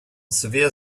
severe